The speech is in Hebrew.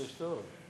חודש טוב.